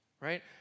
Right